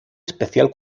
especial